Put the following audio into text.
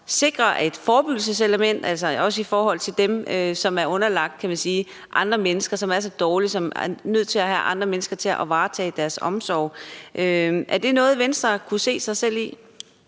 sikre et forebyggelseselement, også i forhold til dem, som, kan man sige, er underlagt andre mennesker; som er så dårlige, at man er nødt til at have andre mennesker til at varetage deres omsorg. Er det noget, Venstre kunne se sig selv i?